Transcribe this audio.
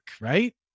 Right